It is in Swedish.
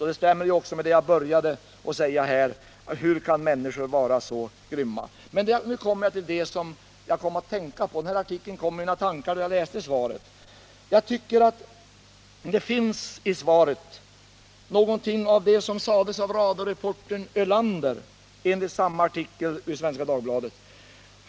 Jag kan också upprepa det jag började mitt anförande med att säga: Hur kan människor vara så grymma? Den här artikeln kom i mina tankar då jag läste svaret, och det finns i svaret någonting av det som sades av radioreportern Ölander enligt samma artikel i Svenska Dagbladet.